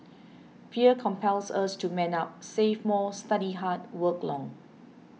fear compels us to man up save more study hard work long